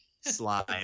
slime